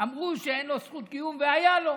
אמרו שאין לו זכות קיום והייתה לו,